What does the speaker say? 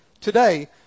Today